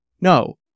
No